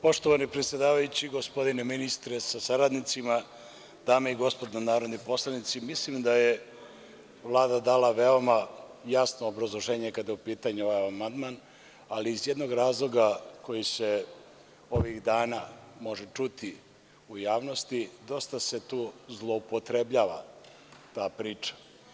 Poštovani predsedavajući, gospodine ministre sa saradnicima, dame i gospodo narodni poslanici, mislim da je Vlada dala veoma jasno obrazloženje kada je u pitanju ovaj amandman, ali iz jednog razloga koji se ovih dana može čuti u javnosti, dosta se tu zloupotrebljava ta priča.